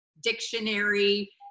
dictionary